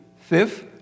Fifth